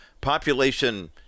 population